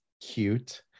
cute